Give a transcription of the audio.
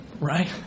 Right